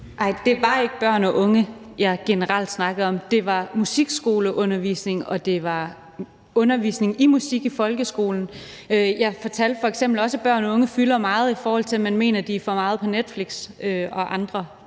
det var ikke børn og unge, jeg generelt snakkede om. Det var musikskoleundervisning, og det var undervisning i musik i folkeskolen. Jeg fortalte f.eks. også, at børn og unge fylder meget, i forhold til at man mener, at de er for meget på Netflix og andre